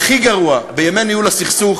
והכי גרוע, בימי ניהול הסכסוך,